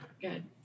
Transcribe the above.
Good